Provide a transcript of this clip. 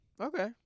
okay